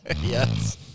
Yes